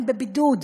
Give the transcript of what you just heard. הם בבידוד.